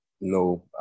No